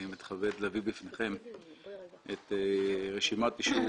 אני מתכבד להביא בפניכם את רשימת אישור